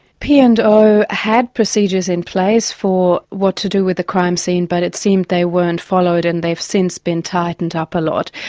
p and o had procedures in place for what to do with a crime scene, but it seemed they weren't followed, and they've since been tightened up a lot.